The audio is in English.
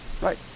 Right